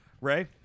Ray